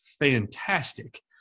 Fantastic